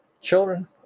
Children